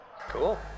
Cool